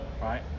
right